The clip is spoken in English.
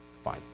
Fine